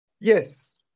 Yes